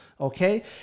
Okay